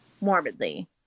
morbidly